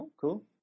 cool